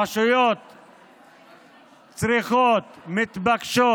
הרשויות צריכות, מתבקשות,